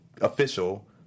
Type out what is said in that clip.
official